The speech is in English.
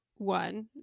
One